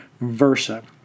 versa